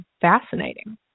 fascinating